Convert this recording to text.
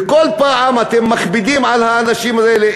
וכל פעם אתם מכבידים על האנשים האלה,